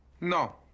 No